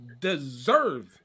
deserve